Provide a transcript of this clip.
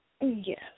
Yes